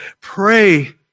Pray